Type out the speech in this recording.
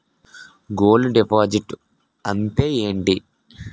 Gold deposit అంతే ఎంటి?